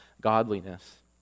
godliness